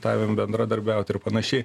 tavim bendradarbiaut ir panašiai